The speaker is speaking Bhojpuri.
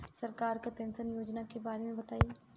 सरकार के पेंशन योजना के बारे में बताईं?